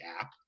app